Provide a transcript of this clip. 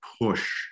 push